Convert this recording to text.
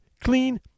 clean